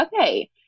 okay